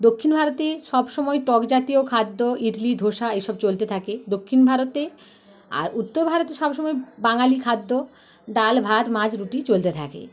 দক্ষিণ ভারতে সবসময় টকজাতীয় খাদ্য ইডলি ধোসা এসব চলতে থাকে দক্ষিণ ভারতে আর উত্তর ভারতে সবসময় বাঙালি খাদ্য ডাল ভাত মাছ রুটি চলতে থাকে